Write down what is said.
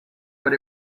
what